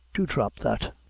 to dhrop that.